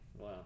Wow